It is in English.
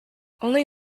only